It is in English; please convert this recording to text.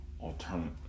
alternative